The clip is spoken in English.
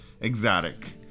Exotic